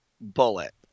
bullet